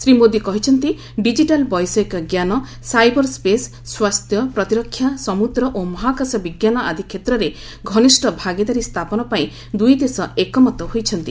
ଶ୍ରୀ ମୋଦି କହିଛନ୍ତି ଡିଜିଟାଲ୍ ବୈଷୟିକ ଜ୍ଞାନ ସାଇବର୍ ସ୍କେସ୍ ସ୍ୱାସ୍ଥ୍ୟ ପ୍ରତିରକ୍ଷା ସମୁଦ୍ର ଓ ମହାକାଶ ବିଜ୍ଞାନ ଆଦି କ୍ଷେତ୍ରରେ ଘନିଷ୍ଠ ଭାଗିଦାରୀ ସ୍ଥାପନ ପାଇଁ ଦୁଇ ଦେଶ ଏକମତ ହୋଇଛନ୍ତି